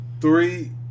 Three